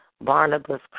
Barnabas